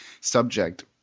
subject